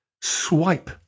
Swipe